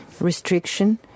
restriction